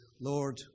Lord